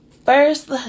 First